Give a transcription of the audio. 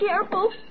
careful